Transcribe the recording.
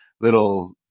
little